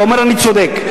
אתה אומר: אני צודק.